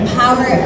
power